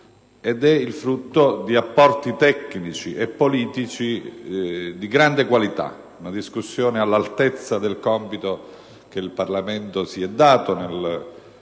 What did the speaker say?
ed è il frutto di apporti tecnici e politici di grande qualità: una discussione all'altezza del compito che il Parlamento si è dato nell'esprimere